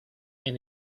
and